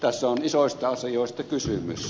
tässä on isoista asioista kysymys